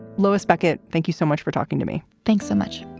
lois beckett, thank you so much for talking to me. thanks so much.